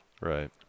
Right